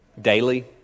Daily